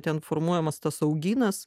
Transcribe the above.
ten formuojamas tas augynas